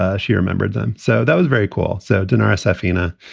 ah she remembered them. so that was very cool so dinara safina,